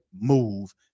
move